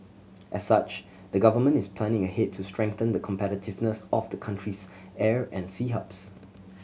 as such the Government is planning ahead to strengthen the competitiveness of the country's air and sea hubs